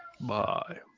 Bye